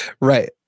Right